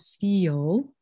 feel